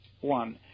one